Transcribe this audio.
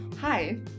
Hi